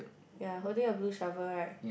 ya holding a blue shovel right